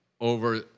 over